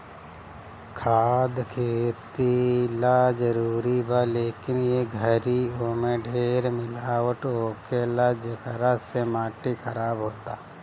खाद खेती ला जरूरी बा, लेकिन ए घरी ओमे ढेर मिलावट होखेला, जेकरा से माटी खराब होता